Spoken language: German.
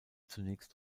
zunächst